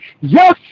yes